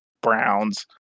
Browns